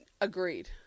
Agreed